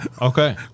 Okay